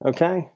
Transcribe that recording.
Okay